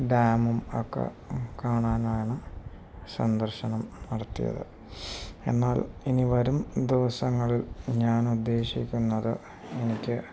ഡാമും ഒക്കെ കാണാനാണ് സന്ദർശനം നടത്തിയത് എന്നാൽ ഇനി വരും ദിവസങ്ങളിൽ ഞാൻ ഉദ്ദേശിക്കുന്നത് എനിക്ക്